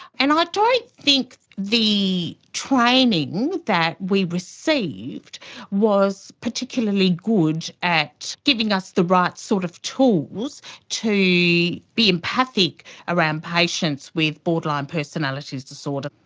and i don't think the training that we received was particularly good at giving us the right sort of tools to be empathic around patients with borderline personality disorder.